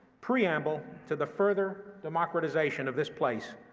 preamble to the further democratization of this place,